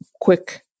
quick